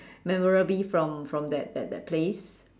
memorable from from that that that place